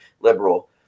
liberal